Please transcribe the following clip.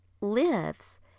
lives